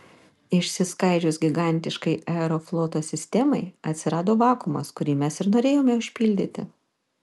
išsiskaidžius gigantiškai aerofloto sistemai atsirado vakuumas kurį mes ir norėjome užpildyti